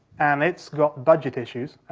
and it's got budget issues,